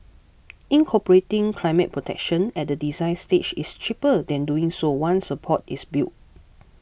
incorporating climate protection at the design stage is cheaper than doing so once a port is built